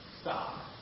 stop